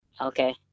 Okay